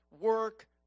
work